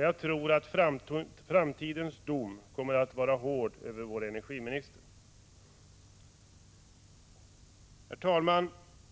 Jag tror att framtidens dom över vår energiminister kommer att vara hård. Herr talman!